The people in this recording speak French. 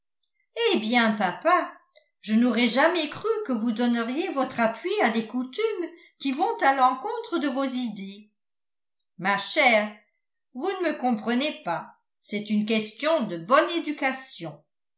eh bien papa je n'aurais jamais cru que vous donneriez votre appui à des coutumes qui vont à l'encontre de vos idées ma chère vous ne me comprenez pas c'est une question de bonne éducation